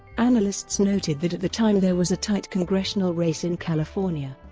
analysts noted that at the time there was a tight congressional race in california,